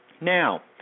Now